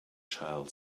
child